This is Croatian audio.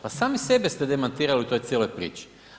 Pa sami sebe ste demantirali u toj cijeloj priči.